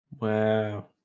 wow